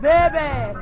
Baby